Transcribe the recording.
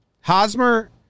Hosmer